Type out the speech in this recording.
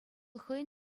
хӑйӗн